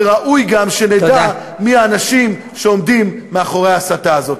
וראוי גם שנדע מי האנשים שעומדים מאחורי ההסתה הזאת.